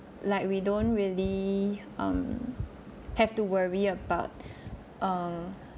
like we don't really um have to worry about err